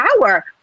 power